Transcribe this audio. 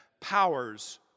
powers